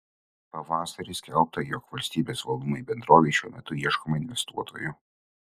pavasarį skelbta jog valstybės valdomai bendrovei šiuo metu ieškoma investuotojų